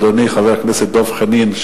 אדוני חבר הכנסת דב חנין,